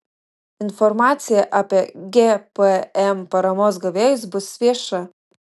informacija apie gpm paramos gavėjus bus vieša